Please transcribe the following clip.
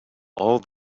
all